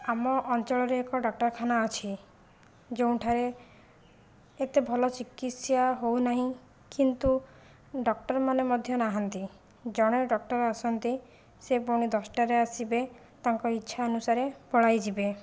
ଆମ ଅଞ୍ଚଳରେ ଏକ ଡକ୍ଟରଖାନା ଅଛି ଯେଉଁଠାରେ ଏତେ ଭଲ ଚିକିତ୍ସା ହେଉନାହିଁ କିନ୍ତୁ ଡକ୍ଟରମାନେ ମଧ୍ୟ ନାହାନ୍ତି ଜଣେ ଡକ୍ଟର ଆସନ୍ତି ସେ ଫୁଣି ଦଶଟାରେ ଆସିବେ ତାଙ୍କ ଇଛା ଅନୁସାରେ ପଳାଇଯିବେ